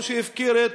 כמו שהפקיר את